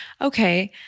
okay